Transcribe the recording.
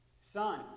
son